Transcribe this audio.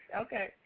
Okay